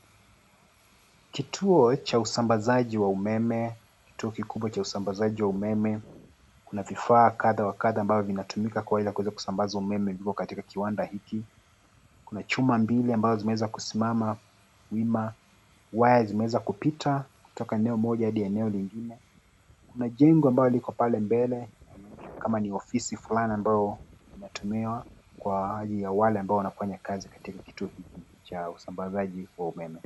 Kituo cha usambazaji wa umeme, kituo kikubwa cha usambazaji wa umeme kuna vifaa kadha wa kadha ambavyo vinatumika kawaida kuweza kusambaza umeme vipo katika kiwanda hiki, kuna chuma mbili ambazo zimeweza kusimama wima, waya zimeweza kupita kutoka eneo moja hadi eneo lingine. Kuna jengo ambalo liko pale mbele sijui kama ofisi fulani ambayo inatumiwa kwa ajili ya wale ambao wanafanya kazi katika kituo cha usambazaji wa umeme.